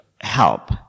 help